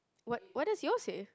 what what does yours say